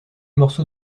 morceau